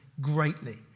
greatly